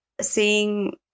seeing